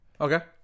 okay